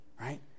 right